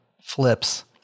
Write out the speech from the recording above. flips